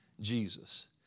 Jesus